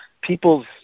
people's